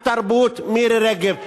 שרת התרבות מירי רגב.